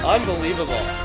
Unbelievable